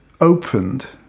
opened